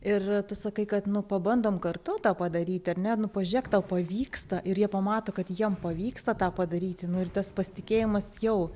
ir tu sakai kad nu pabandom kartu tą padaryti ar ne nu pažėk tau pavyksta ir jie pamato kad jiem pavyksta tą padaryti nu ir tas pasitikėjimas jau